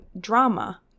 drama